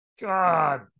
god